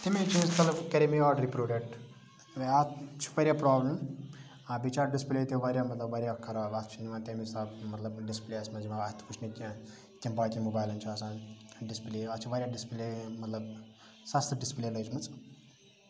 تمے چیٖز تَلہٕ کَرے مےٚ یہِ آڈَر یہِ پروڈَکٹ اتھ چھِ واریاہ پرابلم بیٚیہِ چھِ اتھ ڈِسپلے تہِ واریاہ مَطلَب واریاہ خَراب اتھ چھُنہٕ یِوان تمہِ حِساب مَطلَب ڈِسپلے یَس مَنٛز اتھ یِوان وٕچھنہٕ کینٛہہ یِتھ کنۍ باقی موبایلَن چھ آسان ڈِسپلے اتھ چھِ واریاہ ڈِسپلے مَطلَب سَستہٕ ڈِسپلے لٲجمٕژ